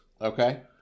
Okay